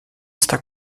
está